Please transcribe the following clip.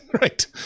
right